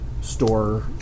store